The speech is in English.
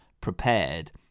prepared